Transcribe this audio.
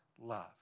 love